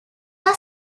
are